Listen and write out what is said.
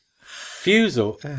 Fusel